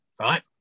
Right